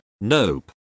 Nope